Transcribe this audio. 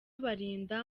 balinda